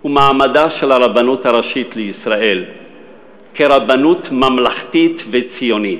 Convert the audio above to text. הוא מעמדה של הרבנות הראשית לישראל כרבנות ממלכתית וציונית,